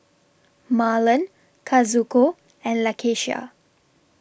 Marlon Kazuko and Lakesha